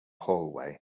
hallway